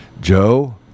Joe